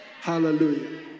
Hallelujah